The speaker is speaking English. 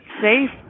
safe